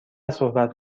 صحبت